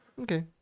Okay